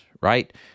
right